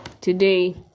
today